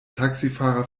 taxifahrer